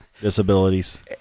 disabilities